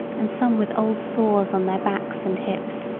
and some with old sores on their backs and hips.